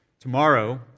Tomorrow